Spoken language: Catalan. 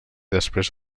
després